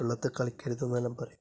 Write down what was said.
വെള്ളത്തില് കളിക്കരുത് എന്നെല്ലാം പറയും